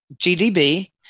GDB